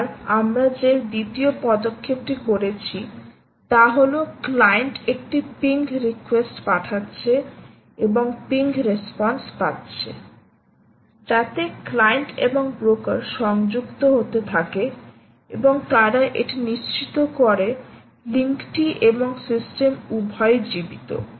এবার আমরা যে দ্বিতীয় পদক্ষেপটি করেছি তা হল ক্লায়েন্ট একটি পিং রিকোয়েস্ট পাঠাচ্ছে এবং পিং রেসপন্স পাচ্ছে যাতে ক্লায়েন্ট এবং ব্রোকার সংযুক্ত হতে থাকে এবং তারা এটি নিশ্চিত করে লিঙ্কটি এবং সিস্টেম উভয় ই জীবিত